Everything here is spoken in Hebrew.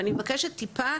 ואני מבקשת טיפה,